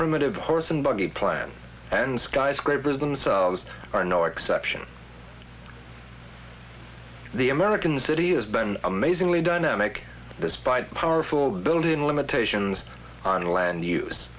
primitive horse and buggy plan and skyscrapers themselves are no exception the american city has been amazingly dynamic despite powerful building limitations on land